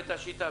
בית השיטה,